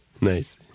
Nice